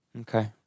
Okay